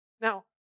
Now